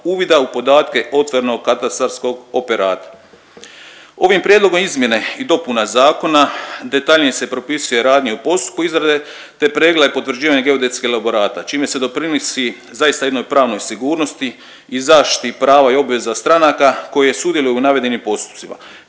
uvida u podatke otvorenog katastarskog operata. Ovim prijedlogom izmjene i dopuna zakona detaljnije se propisuje radnje u postupku izrade, te pregled i potvrđivanje geodetskih elaborata čime se doprinosi zaista jednoj pravnoj sigurnosti i zaštiti prava i obveza stranaka koje sudjeluju u navedenim postupcima